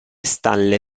stalle